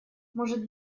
может